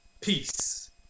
peace